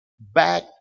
back